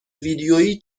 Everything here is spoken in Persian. ویدیویی